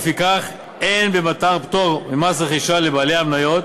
ולפיכך אין במתן פטור ממס רכישה לבעלי המניות